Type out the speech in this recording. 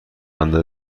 اندازه